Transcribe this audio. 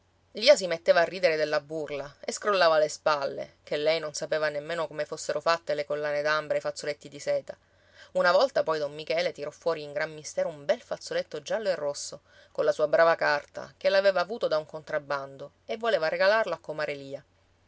lia si metteva a ridere della burla e scrollava le spalle che lei non sapeva nemmeno come fossero fatte le collane d'ambra e i fazzoletti di seta una volta poi don michele tirò fuori in gran mistero un bel fazzoletto giallo e rosso colla sua brava carta che l'aveva avuto da un contrabbando e voleva regalarlo a comare lia